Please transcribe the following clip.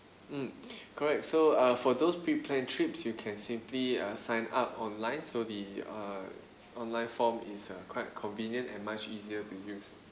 mm correct so uh for those pre-planned trips you can simply uh sign up online so the uh online form is uh quite convenient and much easier to use